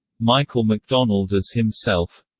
michael mcdonald as himself